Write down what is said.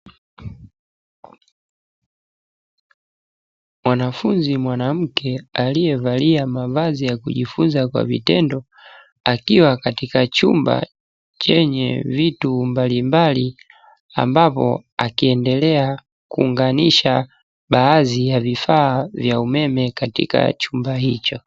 Mwanafunzi mwanamke aliyevalia mavazi ya kujifunza kwa vitendo, akiwa katika chumba chenye vitu mbalimbali ambavyo akiendelea kuunganisha baadhi ya vifaa vya umeme katika chumba hicho.